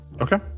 Okay